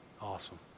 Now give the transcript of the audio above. Awesome